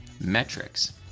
metrics